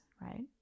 right